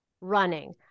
running